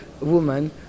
woman